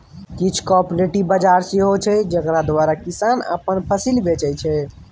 किछ कॉपरेटिव बजार सेहो छै जकरा द्वारा किसान अपन फसिल बेचै छै